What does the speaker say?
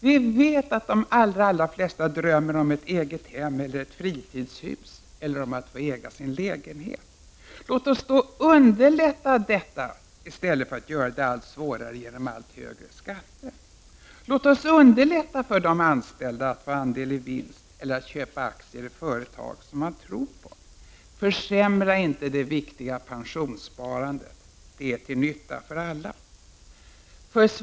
Vi vet att de allra flesta drömmer om ett eget hem eller ett fritidshus eller om att få äga sin lägenhet. Låt oss då underlätta detta i stället för att göra det allt svårare genom allt högre skatter. Låt oss underlätta för de anställda att få andel i vinst eller att köpa aktier i företag som de tror på. Försämra inte det viktiga pensionssparandet, det är till nytta för alla. Herr talman!